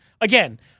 again